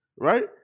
Right